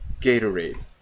gatorade